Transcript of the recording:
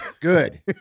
Good